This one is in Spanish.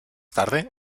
tarde